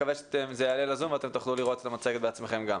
זה יעלה ל-זום ואתם תוכלו לראות את המצגת בעצמכם.